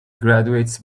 graduates